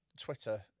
Twitter